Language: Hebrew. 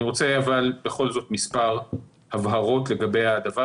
אני רוצה בכל זאת מספר הבהרות לגבי הדבר